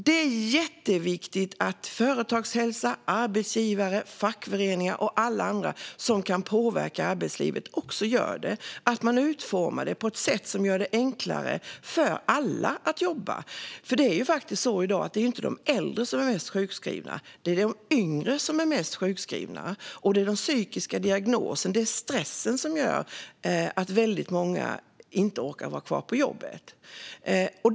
Det är jätteviktigt att företagshälsa, arbetsgivare, fackföreningar och alla andra som kan påverka arbetslivet också gör det och att man utformar det på ett sätt som gör det enklare för alla att jobba. Det är i dag inte de äldre som är mest sjukskrivna, utan de yngre. Det är de psykiska diagnoserna och stressen som gör att väldigt många inte orkar vara kvar på jobbet.